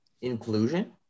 inclusion